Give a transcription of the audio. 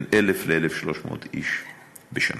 בין 1,000 ל-1,300 איש בשנה.